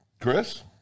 Chris